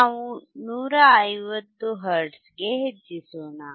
ನಾವು 150 Hz ಗೆ ಹೆಚ್ಚಿಸೋಣ